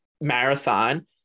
marathon